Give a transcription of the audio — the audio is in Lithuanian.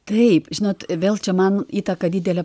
taip žinot vėl čia man įtaką didelę